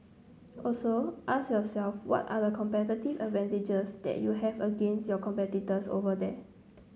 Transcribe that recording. also ask yourself what are the competitive advantages that you have against your competitors over there